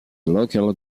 local